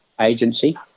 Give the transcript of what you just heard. agency